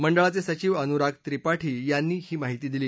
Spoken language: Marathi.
मंडळाचे सचिव अनुराग त्रिपाठी यांनी ही माहिती दिली